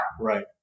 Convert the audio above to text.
Right